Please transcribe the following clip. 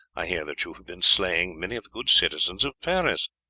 i hear that you have been slaying many of the good citizens of paris!